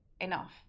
enough